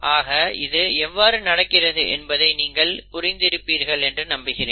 ஆக இது எவ்வாறு நடக்கிறது என்பதை நீங்கள் புரிந்திருப்பீர்கள் என்று நம்புகிறேன்